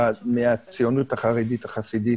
מהציונות החרדית-החסידית,